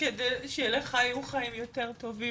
כדי שלך יהיו חיים יותר טובים,